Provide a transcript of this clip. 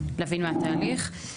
להבין באמת מה התהליך.